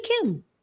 Kim